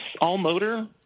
all-motor